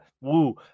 woo